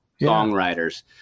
songwriters